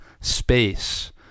space